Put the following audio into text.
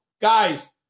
Guys